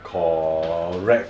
correct